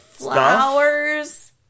flowers